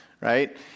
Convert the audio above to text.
right